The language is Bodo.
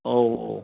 औ औ